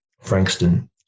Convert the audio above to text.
Frankston